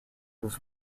was